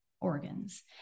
organs